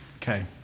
Okay